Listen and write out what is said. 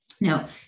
Now